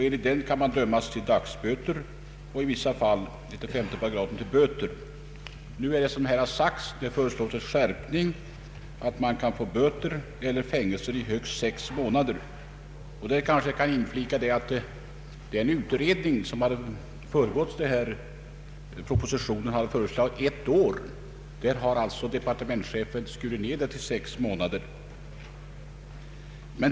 Enligt denna kan man dömas till dagsböter och i vissa fall — efter 5 §— till böter. Såsom här har sagts föreslås nu en skärpning, så att man kan få böter eller fängelse i högst sex månader. Jag kanske skall inflika att den utredning som föregått utarbetandet av propositionen hade föreslagit ett år. Departementschefen har alltså skurit ned denna tid till sex månader.